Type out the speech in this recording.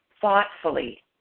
thoughtfully